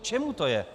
K čemu to je?